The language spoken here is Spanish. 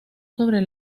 sobre